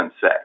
say